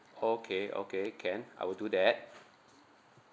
okay okay can I will do that